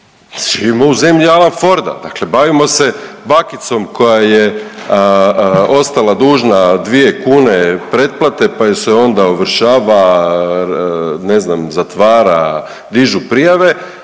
živimo u zemlji Alan Forda. Dakle, bavimo se bakicom koja je ostala dužna 2 kune pretplate pa je se onda ovršava, ne znam, zatvara, dižu prijave,